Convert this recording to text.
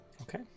Okay